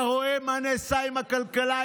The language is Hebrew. אתה רואה מה נעשה עם הכלכלה,